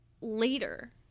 later